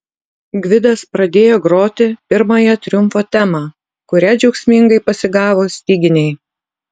gvidas pradėjo groti pirmąją triumfo temą kurią džiaugsmingai pasigavo styginiai